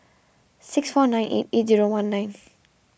six four nine eight eight zero one nine